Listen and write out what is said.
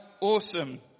Awesome